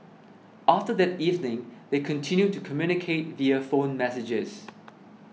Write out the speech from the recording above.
after that evening they continued to communicate via phone messages